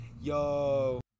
Yo